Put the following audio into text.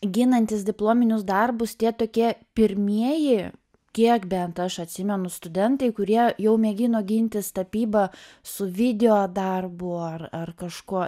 ginantis diplominius darbus tie tokie pirmieji kiek bent aš atsimenu studentai kurie jau mėgino gintis tapybą su video darbu ar ar kažkuo